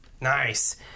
Nice